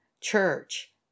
church